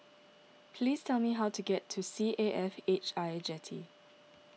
please tell me how to get to C A F H I Jetty